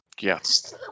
Yes